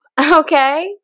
okay